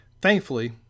Thankfully